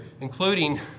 including